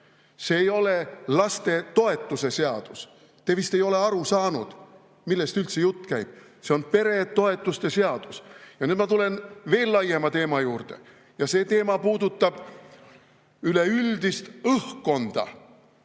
See ei ole lastetoetuse seadus. Te vist ei ole aru saanud, millest üldse jutt käib. See on peretoetuste seadus. Nüüd ma tulen veel laiema teema juurde ja see teema puudutab üleüldist õhkkonda